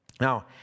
Now